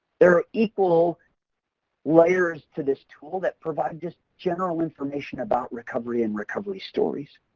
there are equal layers to this tool that provide just general information about recovery and recovery stories?